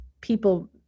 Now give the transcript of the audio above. people